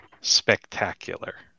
spectacular